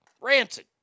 Rancid